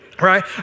Right